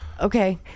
okay